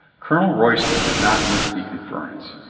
colonel royston did not miss the inference.